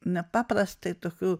nepaprastai tokiu